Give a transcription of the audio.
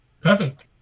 Perfect